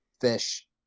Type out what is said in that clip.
fish